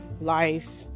life